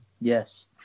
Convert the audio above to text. Yes